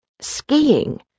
Skiing